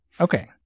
Okay